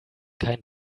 kein